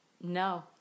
no